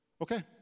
Okay